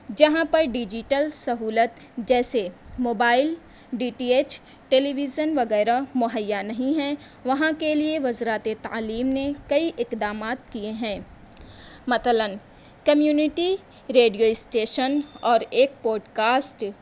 جہاں پر ڈیجیٹل سہولت جیسے mobile D T H television وغیرہ مہیا نہیں ہیں وہاں کے لئے وزرات تعلیم نے کئی اقدامات کئے ہیں مثلاََ کمیونٹی ریڈیو اسٹیشن اور ایک پوڈکاسٹ